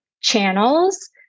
channels